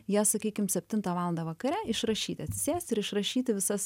jas sakykim septintą valandą vakare išrašyti atsisėsti ir išrašyti visas